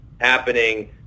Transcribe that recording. happening